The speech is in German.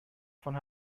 von